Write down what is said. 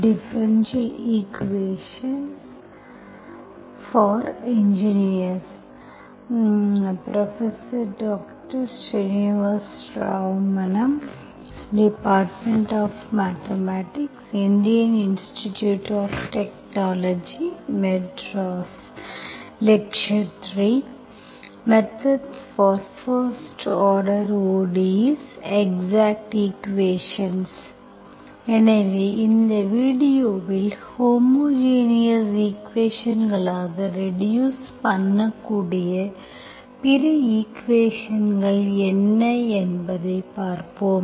methods for first order ODE's exact equations எனவே இந்த வீடியோவில் ஹோமோஜினஸ் ஈக்குவேஷன்ஸ்களாகக் ரெடியூஸ் பண்ணக்கூடிய பிற ஈக்குவேஷன்ஸ்கள் என்ன என்பதைப் பார்ப்போம்